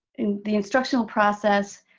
the instructional process,